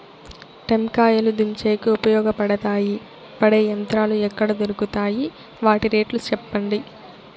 టెంకాయలు దించేకి ఉపయోగపడతాయి పడే యంత్రాలు ఎక్కడ దొరుకుతాయి? వాటి రేట్లు చెప్పండి?